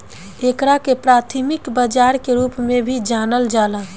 एकरा के प्राथमिक बाजार के रूप में भी जानल जाला